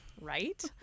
Right